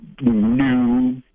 New